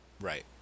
right